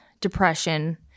depression